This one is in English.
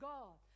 God